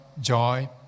joy